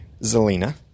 Zelina